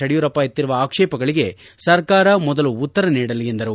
ಯಡಿಯೂರಪ್ಪ ಎತ್ತಿರುವ ಆಕ್ಷೇಪಗಳಿಗೆ ಸರ್ಕಾರ ಮೊದಲು ಉತ್ತರ ನೀಡಲಿ ಎಂದರು